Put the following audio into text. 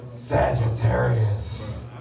Sagittarius